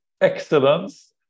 excellence